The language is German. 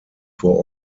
vor